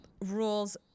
rules